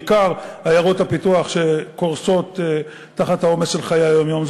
בעיקר עיירות הפיתוח שקורסות תחת העומס של חיי היום-יום.